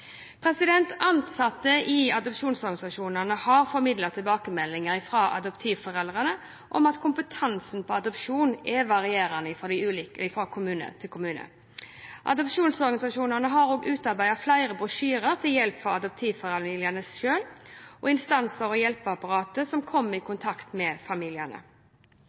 Ansatte i adopsjonsorganisasjonene har formidlet tilbakemeldinger fra adoptivforeldre om at kompetansen på adopsjon er varierende fra kommune til kommune. Adopsjonsorganisasjonene har også utarbeidet flere brosjyrer til hjelp for adoptivfamiliene selv og instanser og hjelpeapparatet som kommer i kontakt med familiene.